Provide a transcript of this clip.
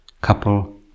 couple